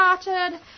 started